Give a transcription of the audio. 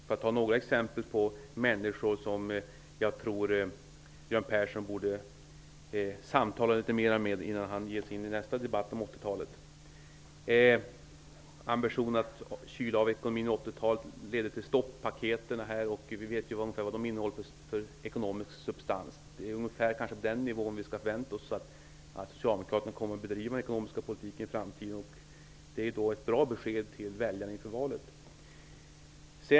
Det där var några exempel på människor som jag tror Göran Persson borde samtala mera med innan han ger sig in i nästa debatt om 80-talet. Ambitionen att kyla av ekonomin under 80-talet ledde till stoppaketen, och vi vet ungefär vad de innehåller för ekonomisk substans. Det är kanske ungefär på den nivån som vi skall förvänta oss att Socialdemokraterna kommer att bedriva den ekonomiska politiken i framtiden. Det är ett bra besked till väljarna inför valet.